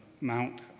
Mount